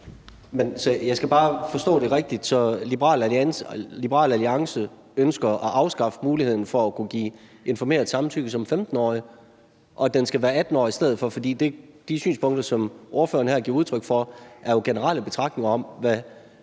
jeg skal bare forstå det rigtigt, altså at Liberal Alliance ønsker at afskaffe muligheden for at kunne give informeret samtykke som 15-årig, og at man i stedet skal være 18 år? For de synspunkter, som ordføreren her giver udtryk for, er jo generelle betragtninger om, hvad